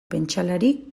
pentsalari